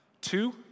Two